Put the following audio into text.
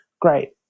Great